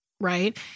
right